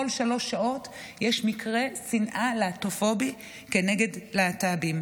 כל שלוש שעות יש מקרה שנאה להט"בופובי כנגד להט"בים.